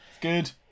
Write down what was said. good